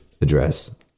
address